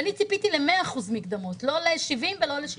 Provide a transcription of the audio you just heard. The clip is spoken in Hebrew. ואני ציפיתי ל-100% מקדמות, לא ל-70 ולא ל-60.